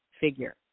figure